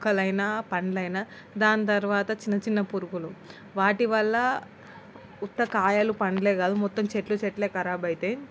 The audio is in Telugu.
మొక్కలు అయిన పళ్ళు అయిన దాని తర్వాత చిన్నచిన్న పురుగులు వాటి వల్ల ఉత్త కాయలు పళ్ళు కాదు మొత్తం చెట్లు చెట్లు కరాబ్ అవుతాయి